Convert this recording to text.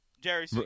Jerry